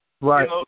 Right